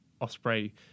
osprey